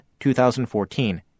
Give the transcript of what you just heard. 2014